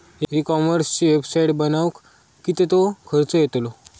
E कॉमर्सची website बनवक किततो खर्च येतलो?